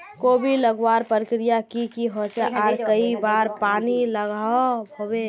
कोबी लगवार प्रक्रिया की की होचे आर कई बार पानी लागोहो होबे?